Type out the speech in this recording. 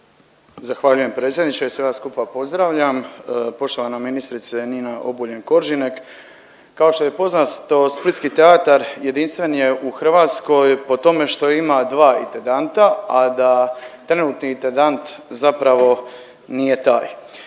Zahvaljujem predsjedniče. Sve vas skupa pozdravljam, poštovana ministrice Nina Obuljen Koržinek kao što je poznato splitski teatar jedinstven je u Hrvatskoj po tome što ima dva intendanta, a da trenutni intendant zapravo nije taj.